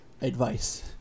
advice